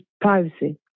privacy